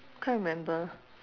can't remember